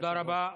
תודה רבה.